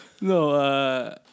no